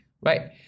right